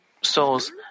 souls